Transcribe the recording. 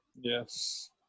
Yes